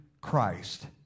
Christ